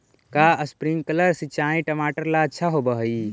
का स्प्रिंकलर सिंचाई टमाटर ला अच्छा होव हई?